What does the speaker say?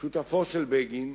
שותפו של בגין,